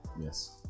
Yes